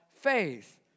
faith